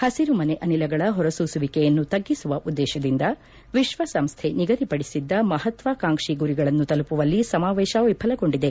ಹಸಿರು ಮನೆ ಅನಿಲಗಳ ಹೊರಸೂಸುವಿಕೆಯನ್ನು ತಗ್ಗಿಸುವ ಉದ್ಗೇಶದಿಂದ ವಿಶ್ವಸಂಸ್ಥೆ ನಿಗದಿಪಡಿಸಿದ್ದ ಮಹತ್ವಾಕಾಂಕ್ಷಿ ಗುರಿಗಳನ್ನು ತಲುಪುವಲ್ಲಿ ಸಮಾವೇಶ ವಿಫಲಗೊಂಡಿದೆ